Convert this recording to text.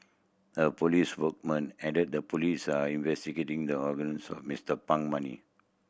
a police spokesman added the police are investigating the origins of Mister Pang money